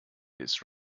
ist